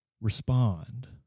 respond